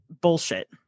bullshit